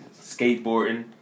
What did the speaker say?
skateboarding